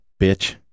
bitch